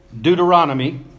Deuteronomy